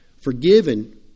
forgiven